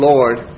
Lord